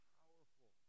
powerful